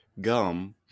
gum